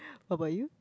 what about you